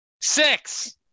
Six